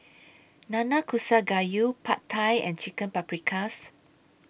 Nanakusa Gayu Pad Thai and Chicken Paprikas